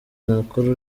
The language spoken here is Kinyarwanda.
nakora